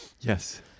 yes